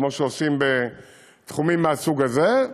כמו שעושים בתחומים מהסוג הזה,